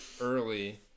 early